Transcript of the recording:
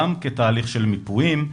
גם כתהליך של מיפויים.